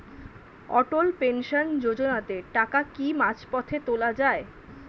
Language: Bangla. অটল পেনশন যোজনাতে টাকা কি মাঝপথে তোলা যায়?